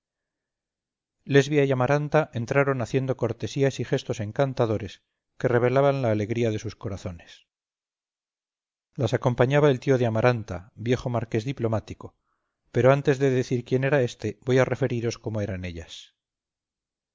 y amaranta entraron haciendo cortesías y gestos encantadores que revelaban la alegría de sus corazones las acompañaba el tío de amaranta viejo marqués diplomático pero antes de decir quién era éste voy a referiros cómo eran ellas